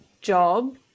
job